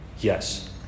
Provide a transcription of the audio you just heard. Yes